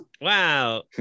Wow